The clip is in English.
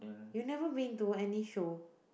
you never been any show